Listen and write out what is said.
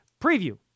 Preview